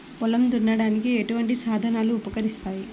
పొలం దున్నడానికి ఎటువంటి సాధనలు ఉపకరిస్తాయి?